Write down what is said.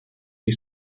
ich